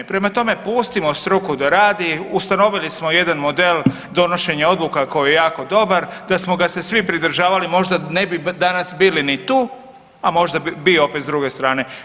Prema tome, pustimo struku da radi, ustanovili smo jedan model donošenja odluka koji je jako dobar da smo ga se svi pridržavali možda ne danas bili ni tu, a možda bi opet s druge strane.